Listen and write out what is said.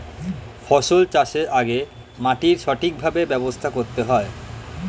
ফসল চাষের আগে মাটির সঠিকভাবে ব্যবস্থা করতে হয়